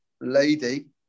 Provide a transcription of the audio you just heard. Lady